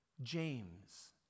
James